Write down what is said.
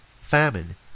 famine